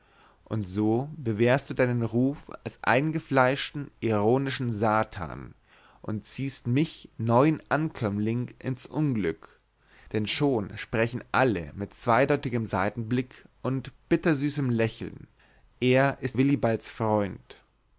und so bewährst du deinen ruf als eingefleischten ironischen satan und ziehst mich neuen ankömmling ins unglück denn schon sprechen alle mit zweideutigem seitenblick und bittersüßem lächeln es ist willibalds freund